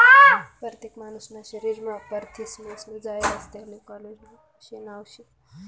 परतेक मानूसना शरीरमा परथिनेस्नं जायं रास त्याले कोलेजन आशे नाव शे